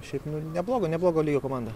šiaip nu neblogo neblogo lygio komanda